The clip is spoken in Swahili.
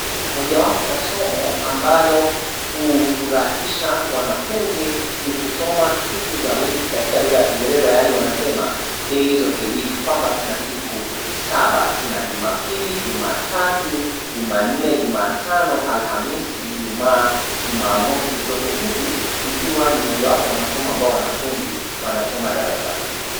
Mojawapo ya somo ambalo hufurahisha wanafunzi ni kusoma siku za wiki katika lugha ya kingereza yani wanasema days of the week [ cs] kwamba tuna siku saba tuna Jumapili , Jumatatu , Jumanne , Jumatano , Alhamisi , Jumamosi zote hizi zikiwa ni mojawapo ya masomo ambayo wanafunzi wanasoma darasani.